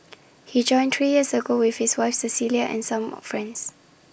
he joined three years ago with his wife Cecilia and some of friends